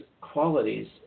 qualities